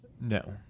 No